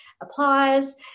applause